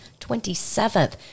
27th